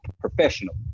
professional